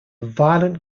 violent